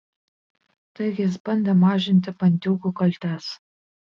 taigi jis bandė mažinti bandiūgų kaltes